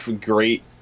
great